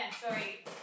sorry